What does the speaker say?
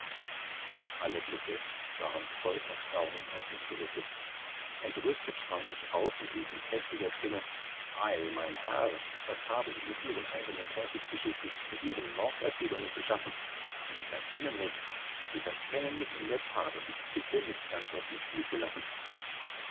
alle blicke waren voll erstaunen auf mich gerichtet entrüstet sprang ich auf und rief mit heftiger stimme ei mein herr was habe ich mit ihren albernen teufelsgeschichten mit ihren morderzählungen zu schaffen sie verkennen mich sie verkennen mich in der tat und ich bitte mich ganz aus dem spiel zu lassen